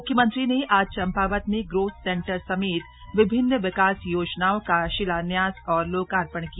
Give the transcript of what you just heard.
मुख्यमंत्री ने आज चम्पावत में ग्रोथ सेंटर समेत विभिन्न विकास योजनाओं का शिलान्यास और लोकार्पण किया